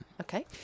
Okay